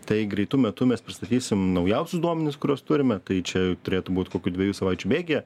tai greitu metu mes pristatysim naujausius duomenis kuriuos turime tai čia turėtų būt kokių dviejų savaičių bėgyje